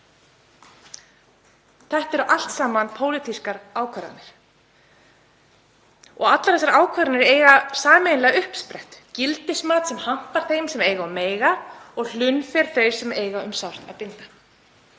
Þetta eru allt saman pólitískar ákvarðanir og allar þessar ákvarðanir eiga sameiginlega uppsprettu, gildismat sem hampar þeim sem eiga og mega og hlunnfer þau sem eiga um sárt að binda.